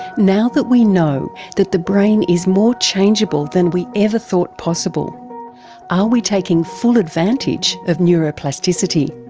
now that we know that the brain is more changeable than we ever thought possible, are we taking full advantage of neuroplasticity?